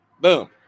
Boom